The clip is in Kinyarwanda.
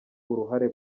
uruhare